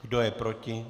Kdo je proti?